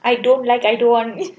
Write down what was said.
I don't like I don't want